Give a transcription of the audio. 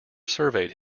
surveyed